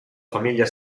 famiglia